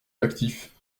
d’actifs